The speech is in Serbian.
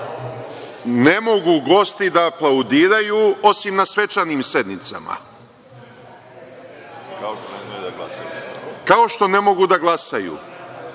ne mogu gosti da aplaudiraju, osim na svečanim sednicama, kao što ne mogu da glasaju.